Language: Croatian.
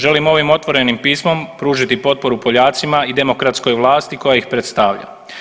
Želim ovim otvorenim pismom pružiti potporu Poljacima i demokratskoj vlasti koja ih predstavlja.